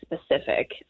specific